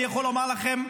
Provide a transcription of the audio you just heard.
אני יכול לומר לכם,